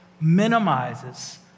minimizes